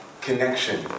connection